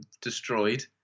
destroyed